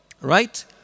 Right